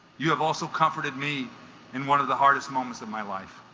you have also comforted me in one of the hardest moments of my life